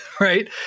right